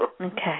Okay